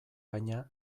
baina